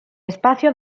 espacio